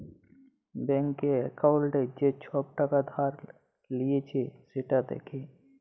ব্যাংকে একাউল্টে যে ছব টাকা ধার লিঁয়েছে সেট দ্যাখা